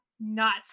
nuts